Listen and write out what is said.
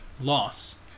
loss